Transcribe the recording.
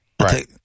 Right